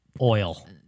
oil